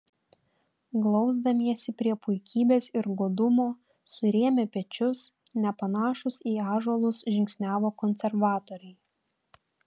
glausdamiesi prie puikybės ir godumo surėmę pečius nepanašūs į ąžuolus žingsniavo konservatoriai